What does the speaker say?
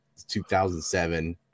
2007